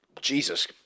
Jesus